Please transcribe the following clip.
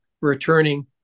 returning